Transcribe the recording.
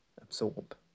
absorb